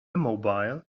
immobile